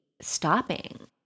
stopping